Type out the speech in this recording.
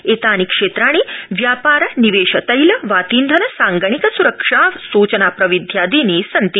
एतानि क्षेत्राणि व्यापार निवेश तैल वातीन्धन संगाणिक सुरक्षा सूचनाप्रविध्यादीनि सन्ति